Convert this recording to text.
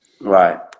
Right